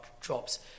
drops